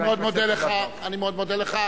אני מאוד מודה לך.